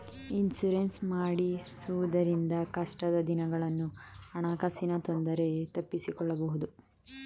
insurance ಮಾಡಿಸುವುದರಿಂದ ಕಷ್ಟದ ದಿನಗಳನ್ನು ಹಣಕಾಸಿನ ತೊಂದರೆ ತಪ್ಪಿಸಿಕೊಳ್ಳಬಹುದು